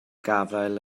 gafael